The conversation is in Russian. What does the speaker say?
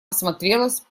осмотрелась